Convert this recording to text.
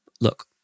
look